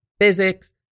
physics